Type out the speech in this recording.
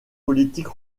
politique